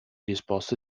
risposte